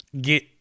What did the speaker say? get